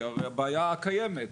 כי הרי הבעיה קיימת.